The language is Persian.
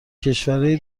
کشورای